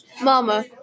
Mama